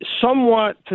somewhat